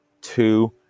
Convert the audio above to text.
two